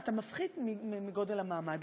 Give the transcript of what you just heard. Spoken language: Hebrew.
אתה מפחית מגודל המעמד,